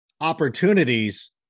opportunities